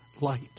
light